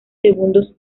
segundos